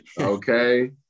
Okay